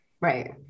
Right